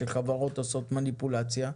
שחברות עושות מניפולציה,